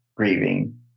Grieving